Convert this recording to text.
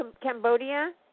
Cambodia